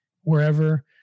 wherever